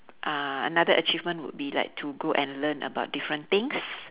uh another achievement would be like to go and learn about different things